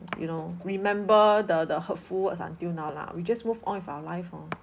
you know remember the the hurtful words until now lah we just move on with our life lor